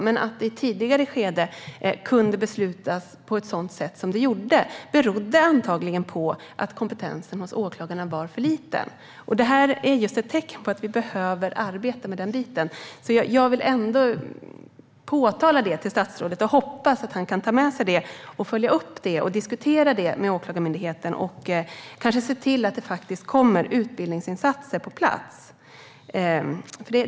Men att man i ett tidigare skede kunde fatta det beslut som man gjorde berodde antagligen på att kompetensen hos åklagaren var för låg. Det är ett tecken på att vi behöver arbeta med den biten. Jag hoppas att statsrådet kan ta med sig, följa upp och diskutera detta med Åklagarmyndigheten och se till att det kommer utbildningsinsatser på plats.